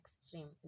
extreme